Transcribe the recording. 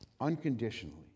unconditionally